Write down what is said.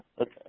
Okay